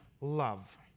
love